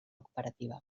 cooperativa